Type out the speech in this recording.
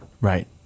Right